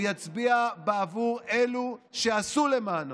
הוא יצביע בעבור אלו שעשו למענו,